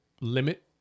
limit